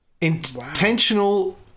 intentional